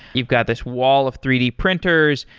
you've got this wall of three d printers.